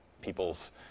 people's